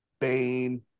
Bane